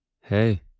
Hey